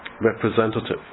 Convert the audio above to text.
representative